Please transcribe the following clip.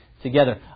together